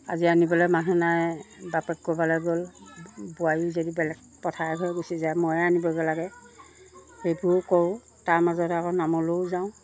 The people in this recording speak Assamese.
আজি আনিবলৈ মানুহ নাই বাপেক ক'ৰবালৈ গ'ল বোৱাৰী যদি বেলেগ পথাৰলৈ হৈ গুচি যায় ময়ে আনিবগৈ লাগে সেইবোৰ কৰোঁ তাৰ মাজত আকৌ নামলৈয়ো যাওঁ